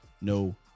no